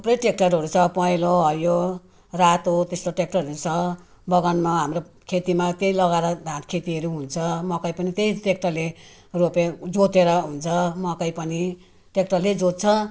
थुप्रै ट्य्राक्टरहरू छ पहेँलो हरियो रातो हो त्यस्तो ट्य्राक्टरहरू छ बगानमा हाम्रो खेतीमा त्यही लगाएर धान खेतीहरू हुन्छ मकै पनि त्यही ट्य्राक्टरले रोपे जोतेर हुन्छ मकै पनि ट्य्राक्टरले जोत्छ